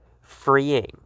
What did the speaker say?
freeing